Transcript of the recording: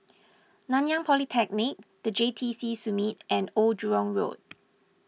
Nanyang Polytechnic the J T C Summit and Old Jurong Road